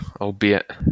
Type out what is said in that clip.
albeit